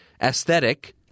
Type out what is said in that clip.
aesthetic